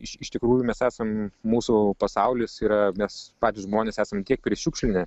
iš iš tikrųjų mes esam mūsų pasaulis yra mes patys žmonės esam tiek prišiukšlinę